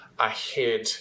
ahead